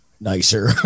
nicer